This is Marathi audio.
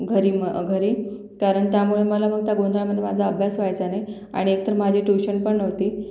घरी मं घरी कारण त्यामुळे मला मग त्या गोंधळामध्ये माझा अभ्यास व्हायचा नाही आणि एकतर माझी ट्यूशन पण नव्हती